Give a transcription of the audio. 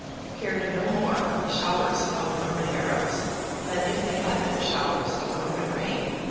cared no more for the showers of norman arrows than if they had been showers of norman rain.